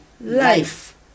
Life